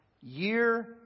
year